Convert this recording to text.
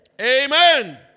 Amen